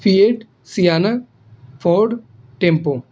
Fiat sienna ford tempo